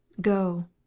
Go